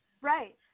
Right